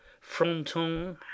fronton